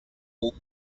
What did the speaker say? old